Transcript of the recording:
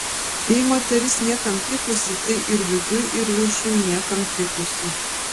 jei moteris niekam tikusi tai ir viduj ir viršuj niekam tikusi